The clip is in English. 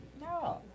No